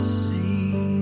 see